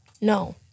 No